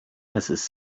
mrs